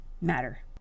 matter